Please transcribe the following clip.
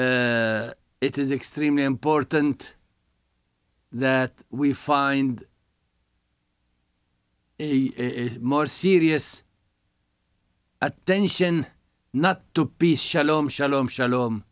it it is extremely important that we find in more serious attention not to be shallow i'm shallow i'm shallow